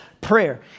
prayer